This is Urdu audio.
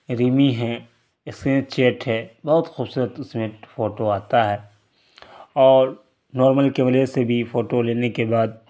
ریمی ہیں اسنیپ چیٹ ہے بہت خوبصورت اس میں فوٹو آتا ہے اور نارمل کیمرے سے بھی فوٹو لینے کے بعد